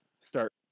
start